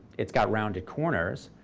it's got rounded corners.